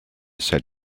said